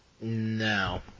No